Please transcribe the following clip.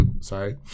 sorry